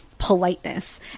politeness